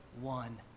one